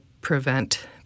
prevent